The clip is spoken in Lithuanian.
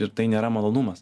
ir tai nėra malonumas